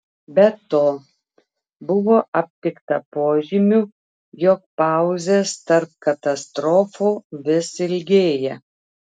be to buvo aptikta požymių jog pauzės tarp katastrofų vis ilgėja